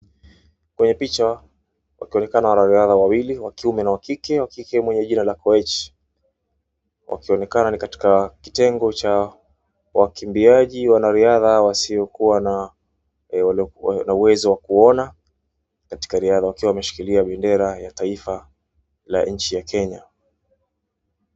Kwenye picha wakiwa wanariadha wawili wakiwa na wakike, wakike mwenye jina la Koech, wakionekana ni katika kitengo cha wakimbiaji wanarisha wasiokuwa na uwezo wa kuona katika riadha wakiwa wameshikilia bendera ya taifa la nchi ya Kenya.